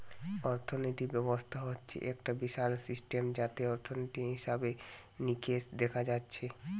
অর্থিনীতি ব্যবস্থা হচ্ছে একটা বিশাল সিস্টেম যাতে অর্থনীতি, হিসেবে নিকেশ দেখা হচ্ছে